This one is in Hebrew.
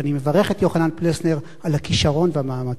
ואני מברך את יוחנן פלסנר על הכשרון ועל המאמצים.